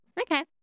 Okay